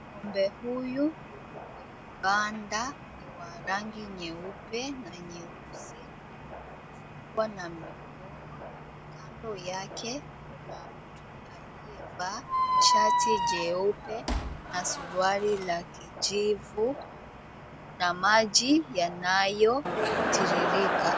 Ng'ombe huyu yuko kwenye banda ni wa rangi nyeupe na nyeusi. Amefungwa na nyororo, kando yake kuna mtu aliyevaa shati jeupe, na suruali la kijivu. Kuna maji yanayotiririka.